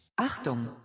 Achtung